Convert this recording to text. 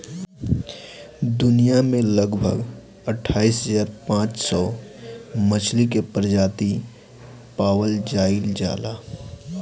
दुनिया में लगभग अठाईस हज़ार पांच सौ मछली के प्रजाति पावल जाइल जाला